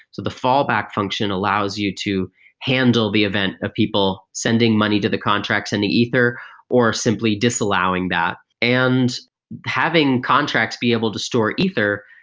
so the fallback function allows you to handle the event of people sending money to the contracts and in ether or simply disallowing that. and having contracts be able to store ether,